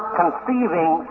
conceiving